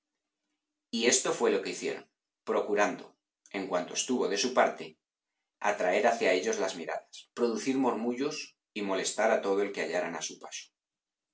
y esto fué lo que hicieron procurando en euanto estuvo de su parte atraer hacia ellos las miradas producir murmullos y molestar a todo el que hallaran a su paso